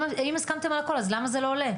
אם הסכמתם על הכול, אז למה זה לא עולה?